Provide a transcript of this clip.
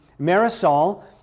Marisol